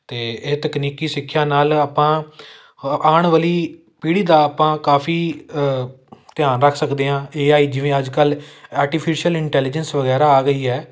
ਅਤੇ ਇਹ ਤਕਨੀਕੀ ਸਿੱਖਿਆ ਨਾਲ ਆਪਾਂ ਆਉਣ ਵਾਲੀ ਪੀੜ੍ਹੀ ਦਾ ਆਪਾਂ ਕਾਫੀ ਧਿਆਨ ਰੱਖ ਸਕਦੇ ਹਾਂ ਏ ਆਈ ਜਿਵੇਂ ਅੱਜ ਕੱਲ੍ਹ ਆਰਟੀਫਿਸ਼ੀਅਲ ਇੰਟੈਲੀਜੈਂਸ ਵਗੈਰਾ ਆ ਗਈ ਹੈ